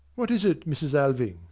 what is it, mrs. alving?